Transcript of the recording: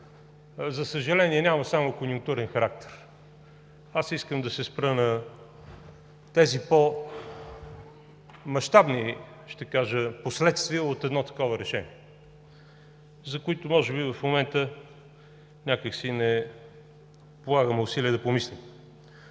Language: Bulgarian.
за съжаление, няма само конюнктурен характер. Аз искам да се спра на тези по-мащабни последствия от едно такова решение, за които може би в момента някак не полагаме усилия да помислим.